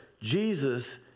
Jesus